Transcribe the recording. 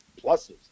pluses